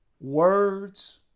Words